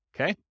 Okay